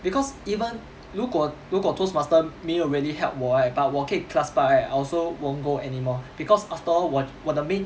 because even 如果如果 toastmaster 没有 really help 我 right but 我可以 class part right I also won't go anymore because after all 我我的 main